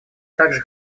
также